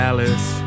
Alice